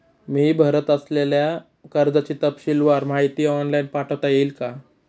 मी भरत असलेल्या कर्जाची तपशीलवार माहिती ऑनलाइन पाठवता येईल का?